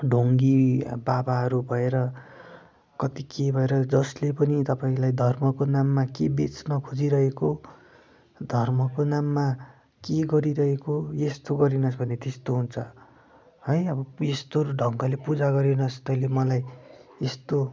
ढोङ्गी बाबाहरू भएर कति के भएर जसले पनि तपाईँलाई धर्मको नाममा के बेच्न खोजिरहेको धर्मको नाममा के गरिरहेको यस्तो गरिनस् भने त्यस्तो हुन्छ है अब पेस्तोर ढङ्गले पूजा गरिनस् तैँले मलाई यस्तो